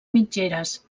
mitgeres